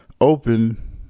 open